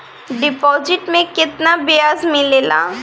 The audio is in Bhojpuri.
डिपॉजिट मे केतना बयाज मिलेला?